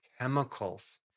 chemicals